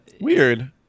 Weird